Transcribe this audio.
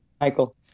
Michael